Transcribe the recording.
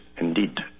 indeed